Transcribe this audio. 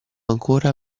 ancora